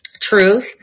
Truth